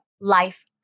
life